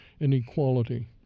inequality